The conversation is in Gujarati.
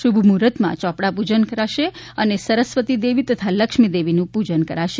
શુભમુહૂર્તમાં ચોપડા પૂજન કરશે સરસ્વતી દેવી અને લક્ષ્મીદેવીનું પૂજન કરાશે